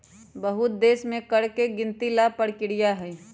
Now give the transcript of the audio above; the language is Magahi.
बहुत देश में कर के गिनती ला परकिरिया हई